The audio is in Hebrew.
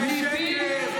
זה שקר.